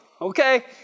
okay